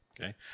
Okay